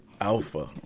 Alpha